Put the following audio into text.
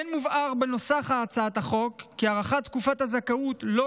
כמו כן מובהר בנוסח הצעת החוק כי הארכת תקופת הזכאות לא